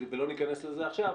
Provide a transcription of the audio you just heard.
ולא ניכנס לזה עכשיו,